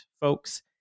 folks